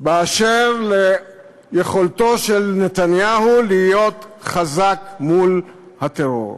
באשר ליכולתו של נתניהו להיות חזק מול הטרור,